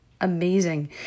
amazing